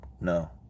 no